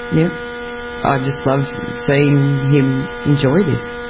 yeah i just love seeing him enjoy this.